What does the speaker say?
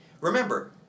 remember